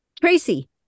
Tracy